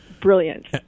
brilliant